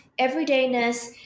Everydayness